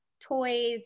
toys